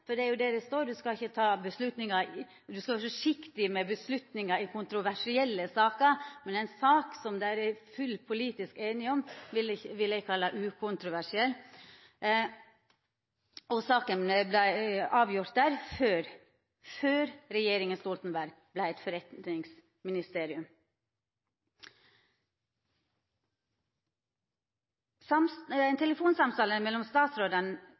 for det er jo det det står: Ein skal ikkje ta, eller ein skal vera forsiktig med, avgjersler i kontroversielle saker. Men ei sak som det er full politisk einigheit om, vil eg kalla ukontroversiell. Og saka vart avgjort der før regjeringa Stoltenberg vart eit forretningsministerium. Ein telefonsamtale mellom